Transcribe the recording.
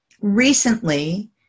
Recently